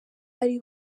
ari